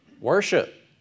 worship